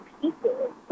people